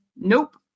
Nope